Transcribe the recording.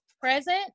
present